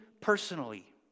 personally